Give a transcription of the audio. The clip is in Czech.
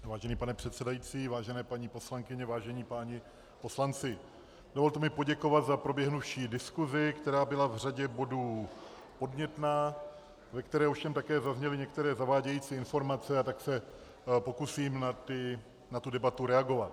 Vážený pane předsedající, vážené paní poslankyně, vážení páni poslanci, dovolte mi poděkovat za proběhnuvší diskusi, která byla v řadě bodů podnětná, ve které ovšem také zazněly některé zavádějící informace, a tak se pokusím na debatu reagovat.